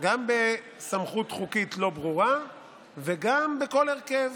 גם בסמכות חוקית לא ברורה וגם בכל הרכב.